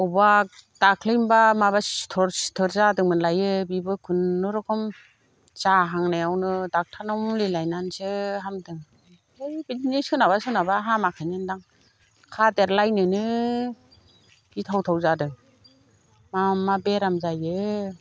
बबेबा दाख्लैनोबा माबा सिथर सिथर जादोंमोनलायो बेबो खुनुरुखम जाहांनायावनो डक्ट'रनाव मुलि लायनानैसो हामदों है बिदिनो सोरनाबा सोरनाबा हामाखैनोदां खादेर लायनोनो गिथावथाव जादों मा मा बेराम जायो